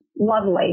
lovely